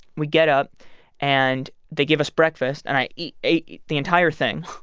we get up and they give us breakfast. and i ate ate the entire thing